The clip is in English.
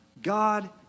God